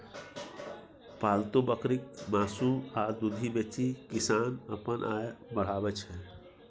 पालतु बकरीक मासु आ दुधि बेचि किसान अपन आय बढ़ाबै छै